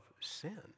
sin